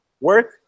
work